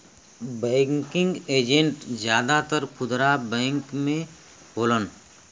banking agent जादातर खुदरा bank में होलन